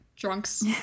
drunks